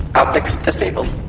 optics disabled.